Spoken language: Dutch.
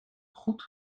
goed